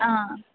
ಹಾಂ